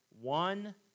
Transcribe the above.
one